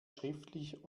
schriftlich